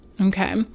okay